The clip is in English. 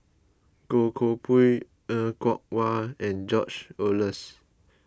Goh Koh Pui Er Kwong Wah and George Oehlers